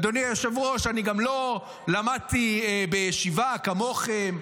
אדוני היושב-ראש, אני גם לא למדתי בישיבה כמוכם.